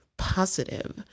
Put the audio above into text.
positive